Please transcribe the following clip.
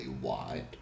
wide